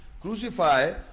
crucify